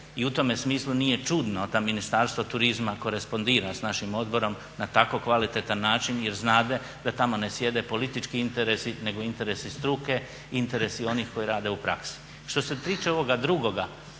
I u tome smislu nije čudno da Ministarstvo turizma korespondira s našim odborom na tako kvalitetan način jer znade da tom ne sjede politički interesi nego interesi struke, interesi onih koji rade u praksi. Što se tiče ovoga drugoga